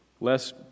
less